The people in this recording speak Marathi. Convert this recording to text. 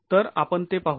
तर आपण ते पाहू